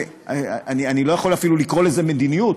אני אפילו לא יכול לקרוא לזה מדיניות,